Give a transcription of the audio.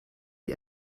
die